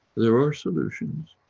there are solutions,